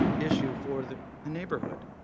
issue for the neighborhood.